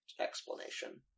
explanation